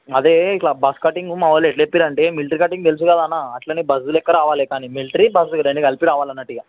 అదే ఇట్లా బస్ కటింగ్ మన వాళ్ళు ఎట్ల చెప్పిర్రు అంటే మిలిటరీ కటింగ్ తెలుసు కదా అన్న బస్ లెక్క రావాలి కానీ మిలిటరీ బస్ ఈ రెండు కలిపి రావాలి అన్నట్టు ఇక